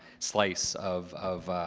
slice of of